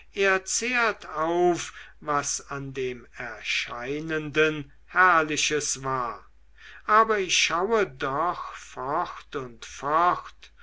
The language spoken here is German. er zehrt auf was an dem erscheinenden herrliches war aber ich schaue doch fort und fort